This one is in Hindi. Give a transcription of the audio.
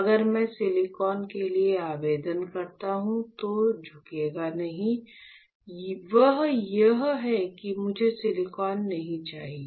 अगर मैं सिलिकॉन के लिए आवेदन करता हूं तो झुकेगा नहीं और वह यह है कि मुझे सिलिकॉन नहीं चाहिए